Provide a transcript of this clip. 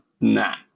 nah